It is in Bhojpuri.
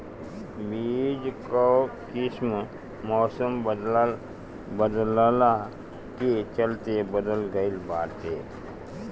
बीज कअ किस्म मौसम बदलला के चलते बदल गइल बाटे